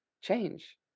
change